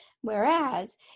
Whereas